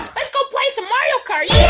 lets go play some mario kart!